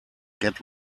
get